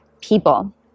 people